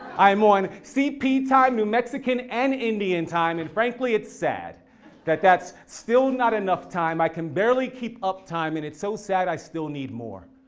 i'm on cp time, new mexican and indian time, and frankly, it's sad that that's still not enough time. i can barely keep up time. and it's so sad, i still need more.